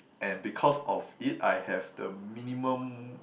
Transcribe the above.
and because of it I have the minimum